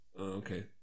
okay